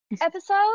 episode